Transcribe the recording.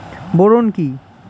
Boron কি?